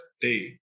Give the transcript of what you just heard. day